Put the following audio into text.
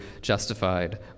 justified